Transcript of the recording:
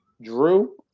drew